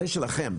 זה שלכם.